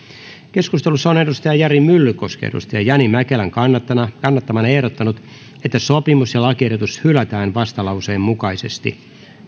keskustelussa on jari myllykoski jani mäkelän kannattamana kannattamana ehdottanut että sopimus ja lakiehdotus hylätään vastalauseen mukaisesti